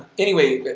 anyway, but